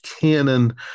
canon